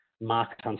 market